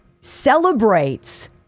celebrates